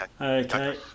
Okay